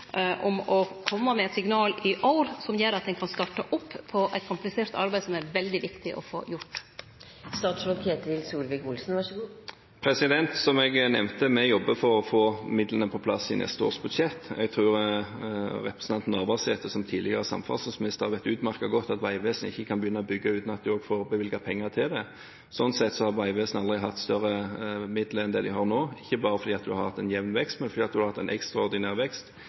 å kome med signal i år som gjer at ein kan starte opp eit komplisert arbeid som er veldig viktig å få gjort. Som jeg nevnte, jobber vi for å få midlene på plass i neste års budsjett. Jeg tror representanten Navarsete som tidligere samferdselsminister vet utmerket godt at Vegvesenet ikke kan begynne å bygge uten at det er bevilget penger til det. Sånn sett har Vegvesenet aldri hatt større midler enn det de har nå, ikke bare fordi man har hatt en jevn vekst, men fordi man har hatt en ekstraordinær vekst